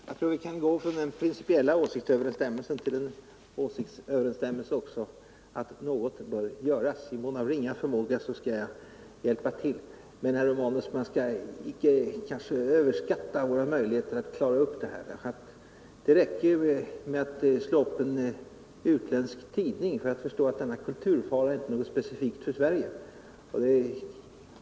Herr talman! Jag tror att vi kan gå från den principiella åsiktsöverensstämmelsen till den åsiktsöverensstämmelsen att något bör göras. I mån av ringa förmåga skall jag hjälpa till, men man skall icke överskatta våra möjligheter, herr Romanus, att klara upp det här. Det räcker med att slå upp en utländsk tidning för att förstå att denna kulturfara inte är något specifikt för Sverige.